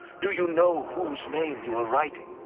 do you know whose name you are writing?